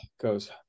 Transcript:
goes